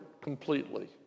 completely